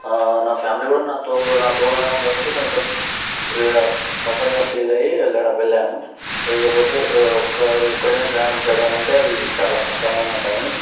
నా ఫ్యామిలీ కూడా నాతో ఉండడం కాబట్టి కొంచెం కంఫర్ట్గా ఫీల్ అయ్యి వెళ్లడం వెళ్ళాను లేకపోతే ఒక్కడి ఒక్కడినే ప్రయాణం చేయాలంటే అది చాలా కష్టమైన పని